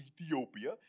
Ethiopia